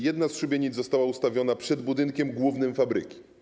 Jedna z szubienic została ustawiona przed budynkiem główny fabryki.